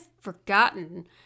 forgotten